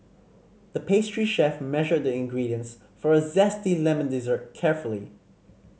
the pastry chef measured the ingredients for a zesty lemon dessert carefully